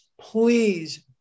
please